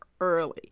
early